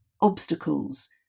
obstacles